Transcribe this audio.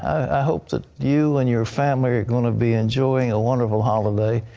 i hope that you and your family are going to be enjoying a wonderful holiday.